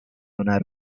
una